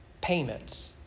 payments